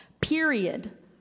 period